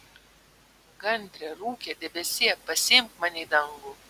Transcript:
gandre rūke debesie pasiimk mane į dangų